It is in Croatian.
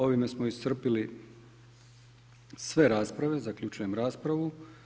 Ovime smo iscrpili sve rasprave, zaključujem raspravu.